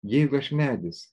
jeigu aš medis